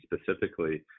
specifically